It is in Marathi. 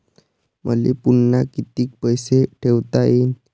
मले पुन्हा कितीक पैसे ठेवता येईन?